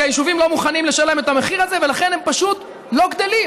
כי היישובים לא מוכנים לשלם את המחיר הזה ולכן הם פשוט לא גדלים.